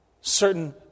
certain